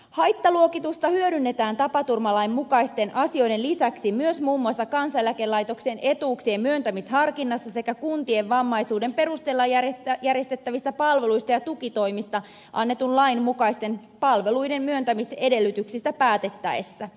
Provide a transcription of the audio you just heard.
haittaluokitusta hyödynnetään tapaturmalain mukaisten asioiden lisäksi myös muun muassa kansaneläkelaitoksen etuuksien myöntämisharkinnassa sekä vammaisuuden perusteella järjestettävistä palveluista ja tukitoimista annetun lain mukaisten kuntien palveluiden myöntämisedellytyksistä päätettäessä